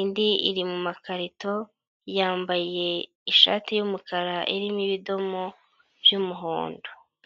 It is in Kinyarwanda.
indi iri mu makarito, yambaye ishati y'umukara irimo ibidomo by'umuhondo.